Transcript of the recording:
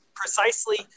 precisely